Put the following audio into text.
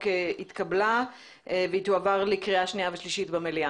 אני קובעת כי הצעת החוק התקבלה והיא תועבר לקריאה שנייה ושלישית במליאה.